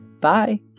Bye